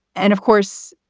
and, of course,